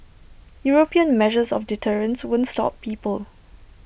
european measures of deterrence won't stop people